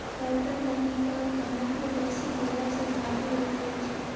कड़गर लकड़ीक घनत्व बेसी भेला सॅ भारी होइत अछि